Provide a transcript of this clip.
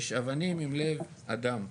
יש אבנים עם לב אדם.